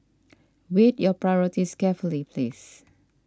weigh your priorities carefully please